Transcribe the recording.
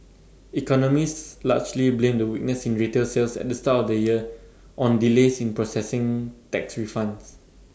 economists largely blame the weakness in retail sales at the start of the year on delays in processing tax refunds